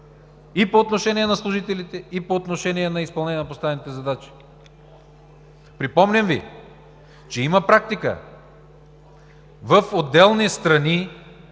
и по отношение на служителите, и по отношение на изпълнение на поставените задачи. Припомням Ви, че има практика в отделни страни,